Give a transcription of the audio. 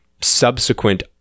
subsequent